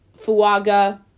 Fuaga